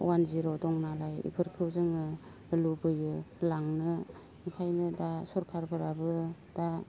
अवान जिर' दंनालाय इफोरखौ जोङो लुबैयो लांनो बेखायनो दा सरखारफोराबो दा